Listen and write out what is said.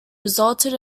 resulted